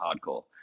hardcore